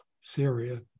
Syria